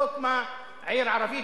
לא הוקמה עיר ערבית,